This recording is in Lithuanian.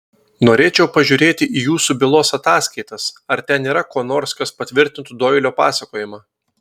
norėčiau pažiūrėti į jūsų bylos ataskaitas ar ten yra ko nors kas patvirtintų doilio pasakojimą